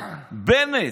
בנט: